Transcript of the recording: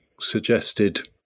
suggested